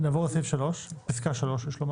נעבור לפסקה (3).